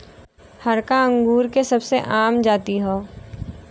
हरका अंगूर के सबसे आम जाति हौ